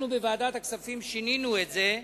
אנחנו בוועדת הכספים שינינו את זה,